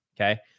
Okay